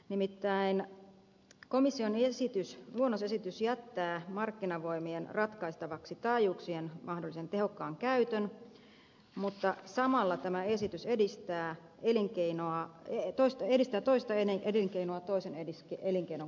nimittäin komission luonnosesitys jättää markkinavoimien ratkaistavaksi taajuuksien mahdollisen tehokkaan käytön mutta samalla tämä esitys edistää toista elinkeinoa toisen elinkeinon kustannuksella